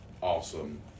awesome